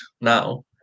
now